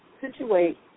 situate